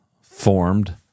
formed